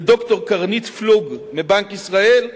לד"ר קרנית פלוג מבנק ישראל,